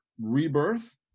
rebirth